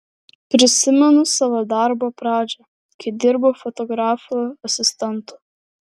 prisimenu savo darbo pradžią kai dirbau fotografų asistentu